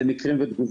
זה מקרים ותגובות.